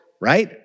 right